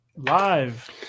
Live